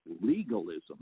legalism